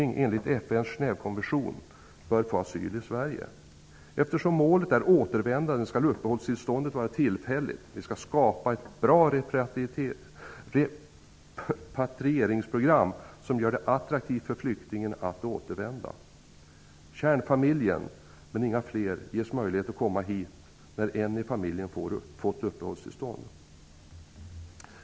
Genèvekonvention bör få asyl i Sverige. Eftersom målet är återvändande skall uppehållstillståndet vara tillfälligt. Vi skall skapa ett bra repatrieringsprogram som gör det attraktivt för flyktingen att återvända. Kärnfamiljen -- men inga fler -- ges möjlighet att komma hit när en i familjen fått uppehållstillstånd.